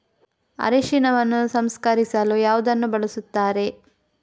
ಅರಿಶಿನವನ್ನು ಸಂಸ್ಕರಿಸಲು ಯಾವುದನ್ನು ಬಳಸುತ್ತಾರೆ?